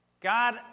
God